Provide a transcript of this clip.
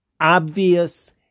obvious